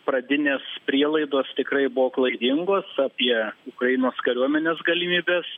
pradinės prielaidos tikrai buvo klaidingos apie ukrainos kariuomenės galimybes